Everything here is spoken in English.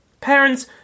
Parents